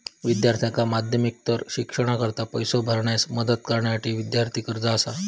विद्यार्थ्यांका माध्यमिकोत्तर शिक्षणाकरता पैसो भरण्यास मदत करण्यासाठी विद्यार्थी कर्जा असा